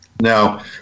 Now